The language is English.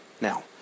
Now